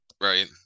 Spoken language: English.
right